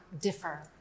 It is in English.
differ